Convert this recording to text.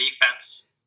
defense